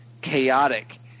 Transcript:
chaotic